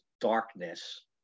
darkness